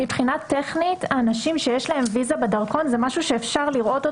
מבחינה טכנית האנשים שיש להם ויזה ודרכון זה משהו שאפשר לראות,